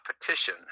petition